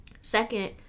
second